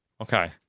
Okay